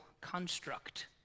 construct